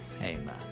Amen